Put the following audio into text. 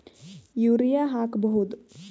Urea ಹಾಕ್ ಬಹುದ?